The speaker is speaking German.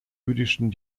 jüdischen